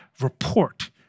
report